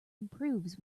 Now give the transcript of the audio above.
improves